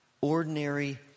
ordinary